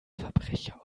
verbrecher